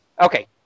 okay